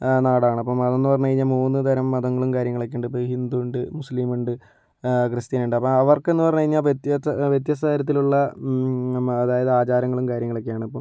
നാടാണ് അപ്പോൾ അതെന്ന് പറഞ്ഞു കഴിഞ്ഞാൽ മൂന്ന് തരം മതങ്ങളും കാര്യങ്ങളൊക്കെയുണ്ട് ഇപ്പോൾ ഹിന്ദുവുണ്ട് മുസ്ലീമുണ്ട് ക്രിസ്ത്യനുണ്ട് അപ്പോൾ അവർക്കെന്ന് പറഞ്ഞു കഴിഞ്ഞാൽ വ്യത്യസ്ത തരത്തിലുള്ള അതായത് ആചാരങ്ങളും കാര്യങ്ങളൊക്കെയാണ് ഇപ്പോൾ